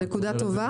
זו נקודה טובה?